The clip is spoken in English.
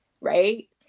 right